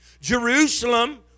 Jerusalem